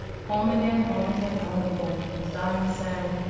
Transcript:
home again, home again, home again, as diamond sang.